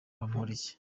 bamporiki